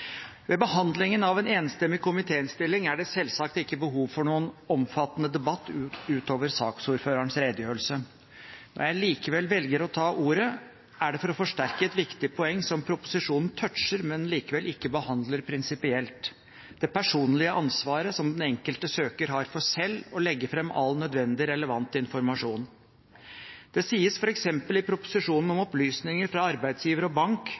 Ved behandlingen av en enstemmig komitéinnstilling er det selvsagt ikke behov for noen omfattende debatt ut over saksordførerens redegjørelse. Når jeg likevel velger å ta ordet, er det for å forsterke et viktig poeng, som proposisjonen toucher, men ikke behandler prinsipielt: det personlige ansvaret den enkelte søker har for selv å legge frem all nødvendig relevant informasjon. Det sies f.eks. i proposisjonen om opplysninger fra arbeidsgiver og bank: